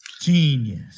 Genius